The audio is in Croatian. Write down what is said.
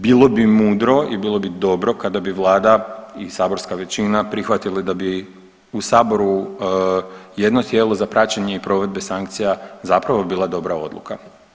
Bilo bi mudro i bilo bi dobro kada bi vlada i saborska većina prihvatili da bi u saboru jedno tijelo za praćenje i provedbe sankcija zapravo bila dobra odluka.